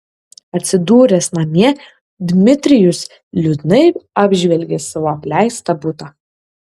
atsidūręs namie dmitrijus liūdnai apžvelgė savo apleistą butą